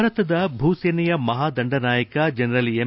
ಭಾರತದ ಭೂಸೇನೆಯ ಮಹಾದಂದನಾಯಕ ಜನರಲ್ ಎಂ